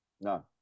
No